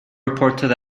reported